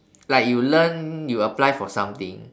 like you learn you apply for something